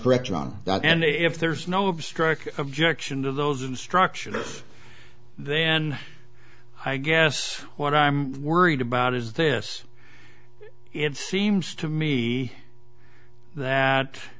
correct on that and if there's no obstruction objection to those instructions then i guess what i'm worried about is this it seems to me that